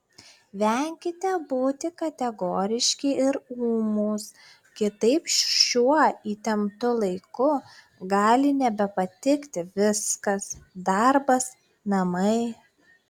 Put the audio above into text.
venkite būti kategoriški ir ūmūs kitaip šiuo įtemptu laiku gali nebepatikti viskas darbas namai